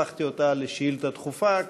הפכתי אותה לשאילתה דחופה.